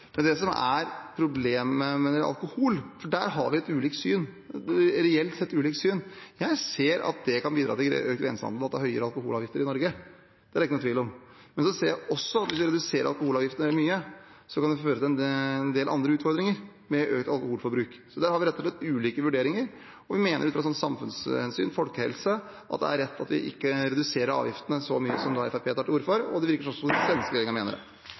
det gjelder Pepsi Max og den typen produkter, er mye lettere. Problemet med alkohol er at vi reelt sett har ulikt syn. Jeg ser at høyere alkoholavgifter i Norge kan bidra til grensehandel – det er det ikke noen tvil om. Men jeg ser også at hvis vi reduserer alkoholavgiftene mye, kan det føre til en del andre utfordringer knyttet til økt alkoholforbruk. Der har vi rett og slett ulike vurderinger. Vi mener at det ut ifra samfunnshensyn – folkehelse – at det er rett ikke å redusere avgiftene så mye som Fremskrittspartiet tar til orde for. Det virker som den svenske regjeringen mener det